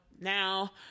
now